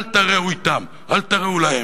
אל תרעו אתם, אל תרעו להם.